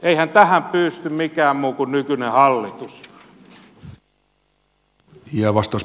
eihän tähän pysty mikään muu kuin nykyinen hallitus